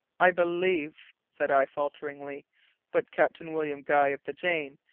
i believe, said i, falteringly but captain william guy of the jane,